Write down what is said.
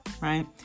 right